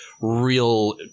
real